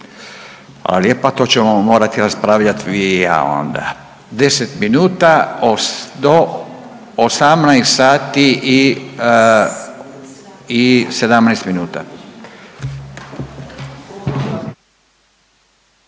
Hvala lijepa. To ćemo morati raspravljati vi i ja onda. 10 minuta, .../nerazumljivo/...